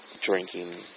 drinking